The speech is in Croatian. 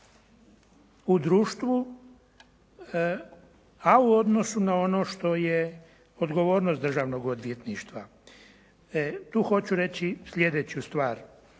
u društvu, a u odnosu na ono što je odgovornost Državnog odvjetništva. Tu hoću reći sljedeću stvar.